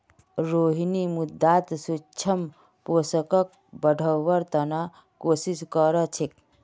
रोहिणी मृदात सूक्ष्म पोषकक बढ़व्वार त न कोशिश क र छेक